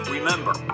Remember